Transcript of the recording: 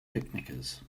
picnickers